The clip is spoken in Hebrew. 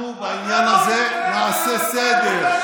אנחנו בעניין הזה נעשה סדר,